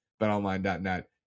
Betonline.net